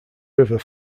river